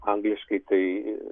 angliškai tai